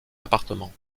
appartement